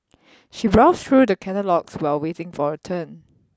she browsed through the catalogues while waiting for her turn